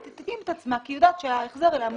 היא תתאים את עצמה כי היא יודעת שההחזר מוגבל.